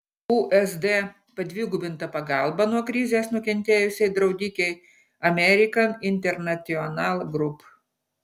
usd padvigubinta pagalba nuo krizės nukentėjusiai draudikei american international group